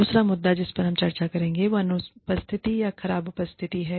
दूसरा मुद्दा जिस पर हम चर्चा करेंगेवह अनुपस्थिति या खराब उपस्थिति है